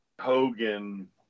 Hogan